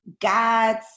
god's